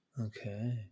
Okay